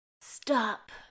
Stop